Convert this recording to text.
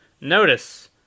Notice